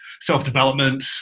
self-development